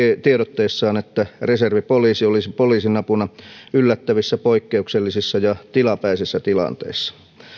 tiedotteessaan että reservipoliisi olisi poliisin apuna yllättävissä poikkeuksellisissa ja tilapäisissä tilanteissa